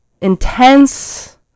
intense